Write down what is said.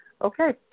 Okay